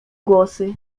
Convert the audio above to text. głosy